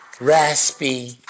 raspy